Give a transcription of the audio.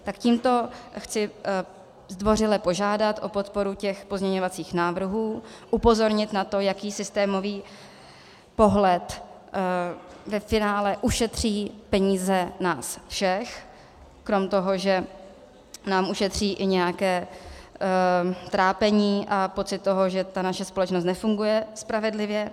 Tak tímto chci zdvořile požádat o podporu těchto pozměňovacích návrhů, upozornit na to, jaký systémový pohled ve finále ušetří peníze nás všech krom toho, že nám ušetří i nějaké trápení a pocit toho, že naše společnost nefunguje spravedlivě.